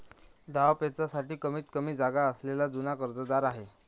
डावपेचांसाठी कमीतकमी जागा असलेला जुना कर्जदार आहे